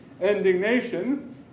indignation